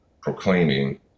proclaiming